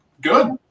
good